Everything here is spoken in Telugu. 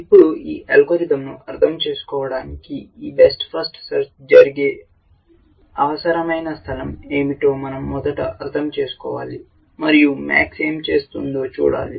ఇప్పుడు ఈ అల్గోరిథం ను అర్థం చేసుకోవడానికి ఈ బెస్ట్ ఫస్ట్ సెర్చ్ జరిగే అవసరమైన స్థలం ఏమిటో మనం మొదట అర్థం చేసుకోవాలి మరియు MAX ఏమి చేస్తుందో చూడాలి